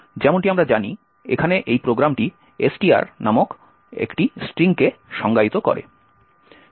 যেমনটি আমরা জানি এখানে এই প্রোগ্রামটি str নামক একটি স্ট্রিংকে সংজ্ঞায়িত করে